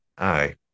Aye